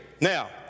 now